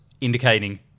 indicating